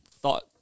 thought